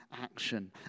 action